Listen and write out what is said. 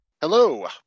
Hello